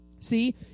See